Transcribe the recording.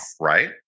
right